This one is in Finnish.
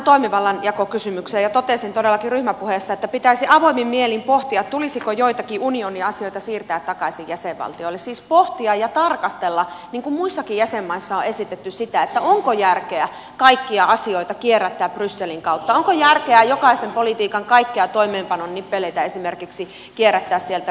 totesin todellakin ryhmäpuheessa että pitäisi avoimin mielin pohtia tulisiko joitakin unionin asioita siirtää takaisin jäsenvaltioille siis pohtia ja tarkastella niin kuin muissakin jäsenmaissa on esitetty sitä että onko järkeä kaikkia asioita kierrättää brysselin kautta onko järkeä jokaisen politiikan kaikkia toimeenpanon nippeleitä esimerkiksi kierrättää sieltä brysselin kautta